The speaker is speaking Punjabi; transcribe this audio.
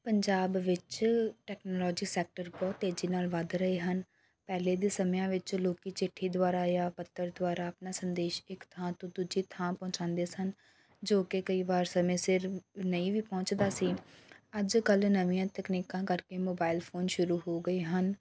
ਪੰਜਾਬ ਵਿੱਚ ਟੈਕਨੋਲੋਜੀ ਸੈਕਟਰ ਬਹੁਤ ਤੇਜ਼ੀ ਨਾਲ ਵੱਧ ਰਹੇ ਹਨ ਪਹਿਲੇ ਦੇ ਸਮਿਆਂ ਵਿੱਚ ਲੋਕ ਚਿੱਠੀ ਦੁਆਰਾ ਜਾਂ ਪੱਤਰ ਦੁਆਰਾ ਆਪਣਾ ਸੰਦੇਸ਼ ਇੱਕ ਥਾਂ ਤੋਂ ਦੂਜੀ ਥਾਂ ਪਹੁੰਚਾਉਂਦੇ ਸਨ ਜੋ ਕਿ ਕਈ ਵਾਰ ਸਮੇਂ ਸਿਰ ਨਹੀਂ ਵੀ ਪਹੁੰਚਦਾ ਸੀ ਅੱਜ ਕੱਲ੍ਹ ਨਵੀਆਂ ਤਕਨੀਕਾਂ ਕਰਕੇ ਮੋਬਾਇਲ ਫੋਨ ਸ਼ੁਰੂ ਹੋ ਗਏ ਹਨ